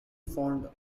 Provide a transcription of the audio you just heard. fond